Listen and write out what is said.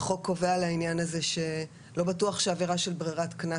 החוק קובע לעניין הזה שלא בטוח שעבירה של ברירת קנס